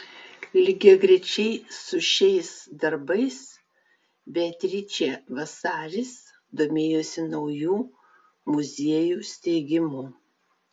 lygiagrečiai su šiais darbais beatričė vasaris domėjosi naujų muziejų steigimu